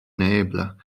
neebla